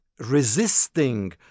resisting